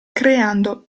creando